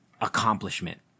accomplishment